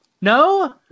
No